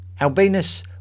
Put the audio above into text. Albinus